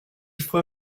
faut